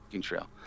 trail